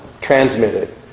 transmitted